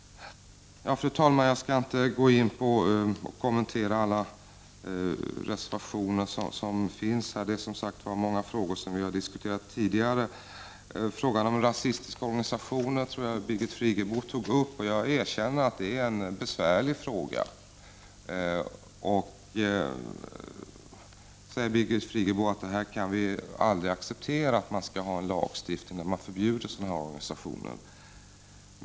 Fru talman! Jag skall inte gå in på alla reservationer som finns och kommentera dem. Det är, som sagt var, många frågor som vi har diskuterat tidigare. Jag tror att Birgit Friggebo tog upp frågan om rasistiska organisationer. Jag erkänner att det är en besvärlig fråga. Birgit Friggebo säger att vi aldrig kan acceptera en lagstiftning som förbjuder sådana organisationer.